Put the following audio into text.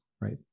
Right